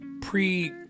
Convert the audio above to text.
pre